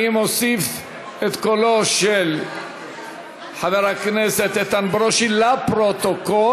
אני מוסיף את קולו של חבר הכנסת איתן ברושי לפרוטוקול